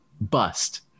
bust